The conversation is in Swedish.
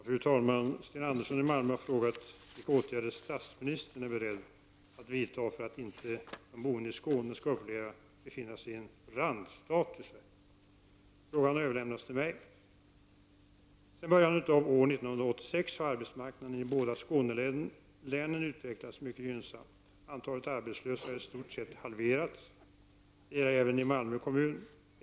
Fru talman! Sten Andersson i Malmö har frågat vilka åtgärder statsministern är beredd att vidtaga för att de boende i Skåne inte skall uppleva att de befinner sig i en ”randstat” i Sverige. Frågan har överlämnats till mig. Sedan början av år 1986 har arbetsmarknaden i de båda Skånelänen utvecklats mycket gynnsamt. Antalet arbetslösa har i stort sett halverats. Detta gäller också Malmö kommun.